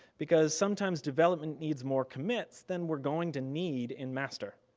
because sometimes development needs more commits than were going to need in master.